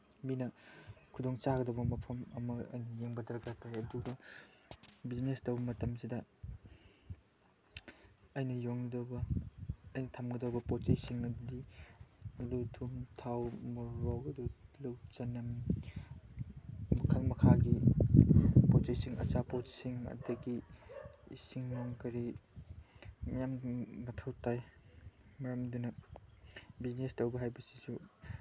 ꯃꯤꯅ ꯈꯨꯗꯣꯡ ꯆꯥꯒꯗꯕ ꯃꯐꯝ ꯑꯃ ꯑꯩꯅ ꯌꯦꯡꯕ ꯗꯔꯀꯥꯔ ꯇꯥꯏ ꯑꯗꯨꯒ ꯕꯤꯖꯤꯅꯦꯁ ꯇꯧꯕ ꯃꯇꯝꯁꯤꯗ ꯑꯩꯅ ꯌꯣꯟꯒꯗꯧꯕ ꯑꯩꯅ ꯊꯝꯒꯗꯕ ꯄꯣꯠ ꯆꯩꯁꯤꯡ ꯑꯗꯨꯗꯤ ꯑꯥꯜꯂꯨ ꯊꯨꯝ ꯊꯥꯎ ꯃꯣꯔꯣꯛ ꯑꯗꯨ ꯇꯤꯜꯂꯧ ꯆꯅꯝ ꯃꯈꯜ ꯃꯈꯥꯒꯤ ꯄꯣꯠ ꯆꯩꯁꯤꯡ ꯑꯆꯥꯄꯣꯠꯁꯤꯡ ꯑꯗꯒꯤ ꯏꯁꯤꯡ ꯀꯔꯤ ꯃꯌꯥꯝ ꯃꯊꯧ ꯇꯥꯏ ꯃꯔꯝ ꯑꯗꯨꯅ ꯕꯤꯖꯤꯅꯦꯁ ꯇꯧꯕ ꯍꯥꯏꯕꯁꯤꯁꯨ